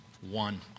one